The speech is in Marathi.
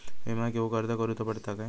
विमा घेउक अर्ज करुचो पडता काय?